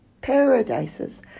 paradises